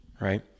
right